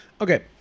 Okay